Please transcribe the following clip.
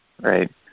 right